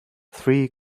three